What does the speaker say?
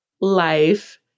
life